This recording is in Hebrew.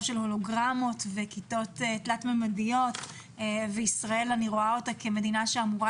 של הולוגרמות וכיתות תלת ממדיות ואת ישראל אני רואה כמדינה שאמורה